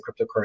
cryptocurrency